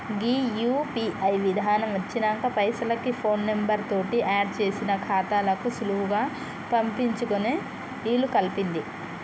గీ UPI విధానం వచ్చినంక పైసలకి ఫోన్ నెంబర్ తోటి ఆడ్ చేసిన ఖాతాలకు సులువుగా పంపించుకునే ఇలుకల్పింది